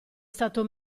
stato